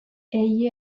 egli